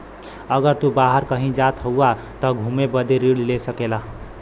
अगर तू बाहर कही जात हउआ त घुमे बदे ऋण ले सकेला